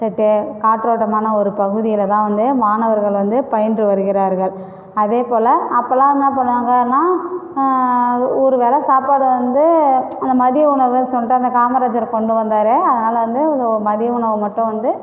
set காற்றோட்டமான ஒரு பகுதியில் தான் வந்து மாணவர்கள் வந்து பயின்று வருகிறார்கள் அதேபோல் அப்போலாம் என்ன பண்ணுவாங்கன்னா ஒரு வேலை சாப்பாடு வந்து அந்த மதியஉணவுகள் சொல்லிட்டு அந்த காமராஜர் கொண்டு வந்தார் அதனால் வந்து மதிய உணவு மட்டும் வந்து